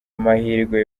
amahirwe